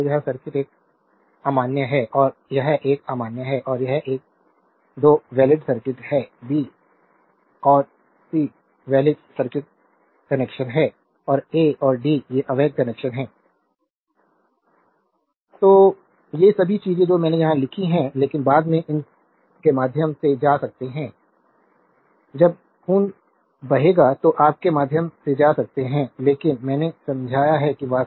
तो यह सर्किट एक अमान्य है और यह एक अमान्य है और यह 2 वैलिड सर्किट हैं बी और सी वैलिड सर्किट कनेक्शन हैं और ए और डी ये अवैध कनेक्शन हैं संदर्भ स्लाइड टाइम 1020 देखें तो ये सभी चीजें जो मैंने यहां लिखी हैं लेकिन बाद में इन के माध्यम से जा सकते हैं जब खून बहेगा तो आपके माध्यम से जा सकते हैं लेकिन मैंने समझाया है कि वास्तव में यह क्या है